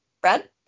Brad